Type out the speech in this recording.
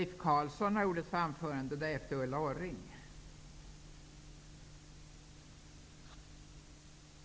som sin mening ger regeringen till känna vad i motionen anförts om ökad flexibilitet vid bestämmande av perioder för assistansersättning.